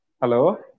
Hello